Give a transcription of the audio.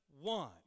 one